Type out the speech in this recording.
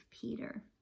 Peter